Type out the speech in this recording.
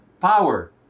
power